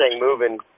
moving